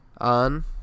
on